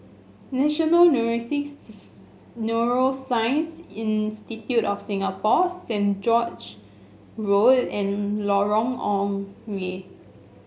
National Neurosix Neuroscience Institute of Singapore Saint George Road and Lorong Ong Lye